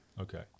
Okay